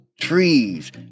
trees